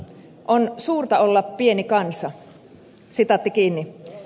on suurta olla pieni kansa